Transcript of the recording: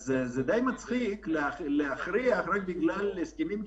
אז זה די מצחיק להכריח, בגלל הסכמים קיבוציים,